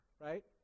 right